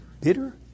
bitter